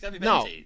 No